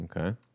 Okay